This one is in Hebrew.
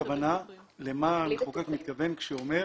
למה המחוקק מתכוון כשהוא אומר